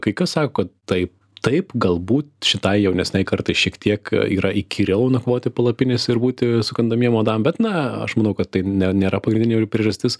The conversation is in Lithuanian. kai kas sako kad taip taip galbūt šitai jaunesnei kartai šiek tiek yra įkyriau nakvoti palapinėse ir būti sukandamiem uodam bet na aš manau kad tai ne nėra pagrindinė priežastis